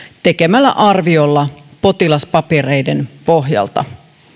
tekemällä arviolla potilaspapereiden pohjalta